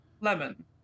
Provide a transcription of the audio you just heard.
lemon